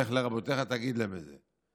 לך לרבותיך, תגיד להם את זה.